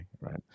right